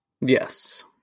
Yes